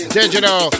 digital